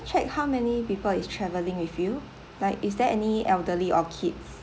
check how many people is traveling with you like is there any elderly or kids